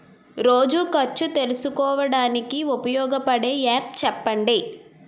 రోజు ఖర్చు తెలుసుకోవడానికి ఉపయోగపడే యాప్ చెప్పండీ?